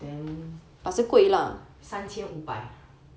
then 三千五百